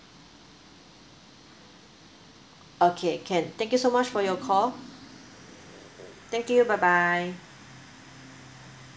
okay can thank you so much for your call thank you bye bye